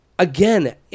Again